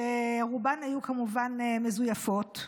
שרובן היו כמובן מזויפות,